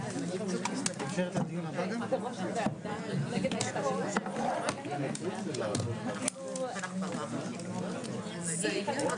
12:08.